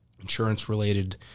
insurance-related